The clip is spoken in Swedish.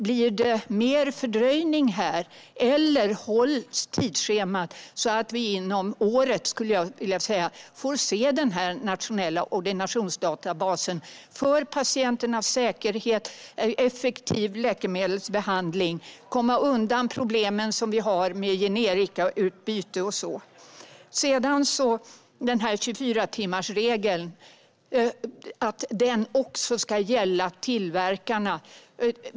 Blir det mer fördröjning här eller hålls tidsschemat, så att vi inom ett år får se den nationella ordinationsdatabasen för patienternas säkerhet och effektiv läkemedelsbehandling och för att komma undan problemen som vi har med generikautbyte och annat? 24-timmarsregeln ska också gälla tillverkarna.